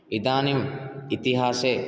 इदानीम् इतिहासे